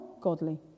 godly